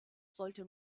sollte